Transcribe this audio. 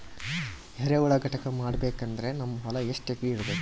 ಎರೆಹುಳ ಘಟಕ ಮಾಡಬೇಕಂದ್ರೆ ನಮ್ಮ ಹೊಲ ಎಷ್ಟು ಎಕರ್ ಇರಬೇಕು?